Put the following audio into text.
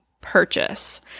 purchase